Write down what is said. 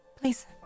Please